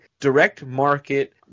direct-market